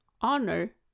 honor